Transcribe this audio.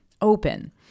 open